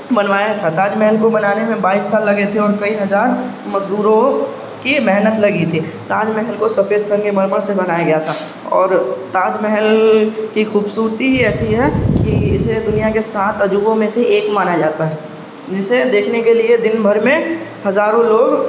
بنوایا تھا تاج محل کو بنانے میں بائیس سال لگے تھے اور کئی ہزار مزدوروں کی محنت لگی تھی تاج محل کو سفید سنگ مرمر سے بنایا گیا تھا اور تاج محل کی خوبصورتی ایسی ہے کہ اسے دنیا کے سات عجوبوں میں سے ایک مانا جاتا ہے جسے دیکھنے کے لیے دن بھر میں ہزاروں لوگ